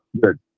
Good